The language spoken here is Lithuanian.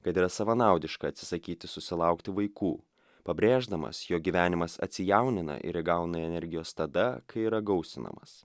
kad yra savanaudiška atsisakyti susilaukti vaikų pabrėždamas jog gyvenimas atsijaunina ir įgauna energijos tada kai yra gausinamas